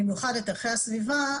במיוחד את ערכי הסביבה,